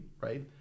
right